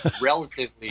relatively